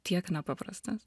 tiek nepaprastas